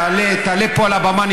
תעלה פה על הבמה,